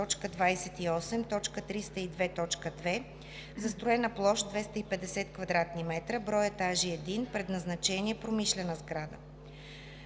застроена площ 250 кв. м, брой етажи 1, предназначение: промишлена сграда;